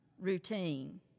routine